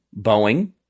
Boeing